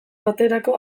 baterako